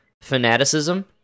fanaticism